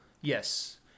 Yes